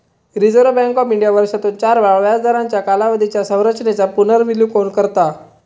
reserve Bank of India वर्षातून चार वेळा व्याजदरांच्या कालावधीच्या संरचेनेचा पुनर्विलोकन करता